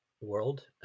world